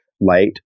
light